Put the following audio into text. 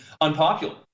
unpopular